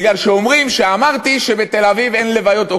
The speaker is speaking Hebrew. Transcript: בגלל שאומרים שאמרתי שבתל-אביב אין לוויות צבאיות,